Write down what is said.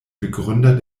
begründer